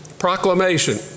Proclamation